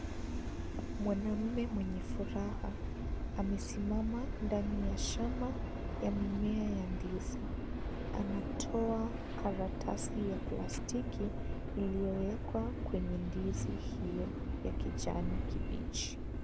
Mwanamume mwenye furaha amesimama ndani ya shamba ya mimea ya ndizi anatoa karatasi ya plastiki iliyowekwa kwenye ndizi hiyo ya kijani kibichi.